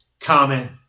comment